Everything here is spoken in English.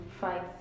fight